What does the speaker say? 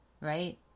right